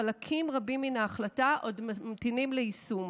חלקים רבים מן ההחלטה עוד ממתינים ליישום